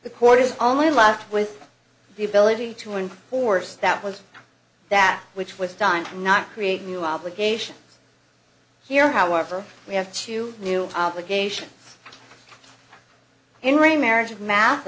the court is only left with the ability to in course that was that which was done to not create new obligation here however we have two new allegations in re marriage math